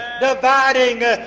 dividing